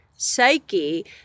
psyche